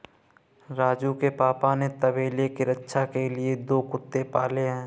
राजू के पापा ने तबेले के रक्षा के लिए दो कुत्ते पाले हैं